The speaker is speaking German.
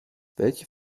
welche